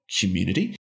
community